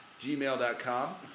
gmail.com